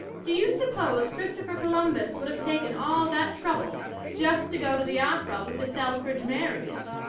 do you suppose christopher columbus would have taken all that trouble just to go to the opera with the selfridge merrys?